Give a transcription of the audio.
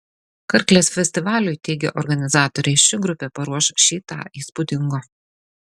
karklės festivaliui teigia organizatoriai ši grupė paruoš šį tą įspūdingo